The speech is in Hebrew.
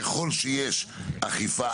ככל שיש אכיפה,